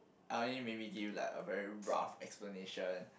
I only maybe give you like a very rough explanation